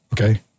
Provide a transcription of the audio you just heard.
okay